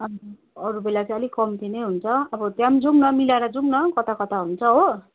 अनि अरू बेला चाहिँ अलिक कम्ती नै हुन्छ अब त्यहाँ पनि जाऔँ न मिलाएर जाऔँ न कता कता हुन्छ हो